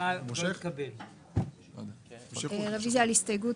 הממשלה היא זו שמבצעת את התקציב.